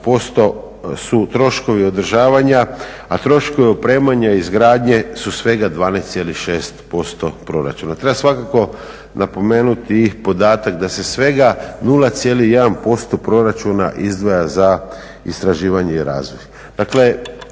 su troškovi održavanja a troškovi opremanja i izgradnje su svega 12,6% proračuna. Treba svakako napomenuti i podatak da se svega 0,1% proračuna izdvaja za istraživanje i razvoj.